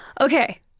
Okay